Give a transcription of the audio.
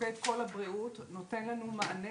מוקד קול הבריאות נותן לנו מענה